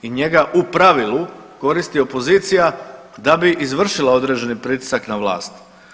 I njega u pravilu koristi opozicija da bi izvršila određeni pritisak na vlas.